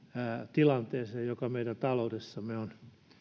tilanteeseen joka meidän taloudessamme on